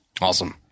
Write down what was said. awesome